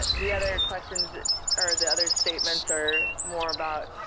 the other questions or the other statements are more about,